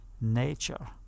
nature